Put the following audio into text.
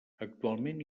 actualment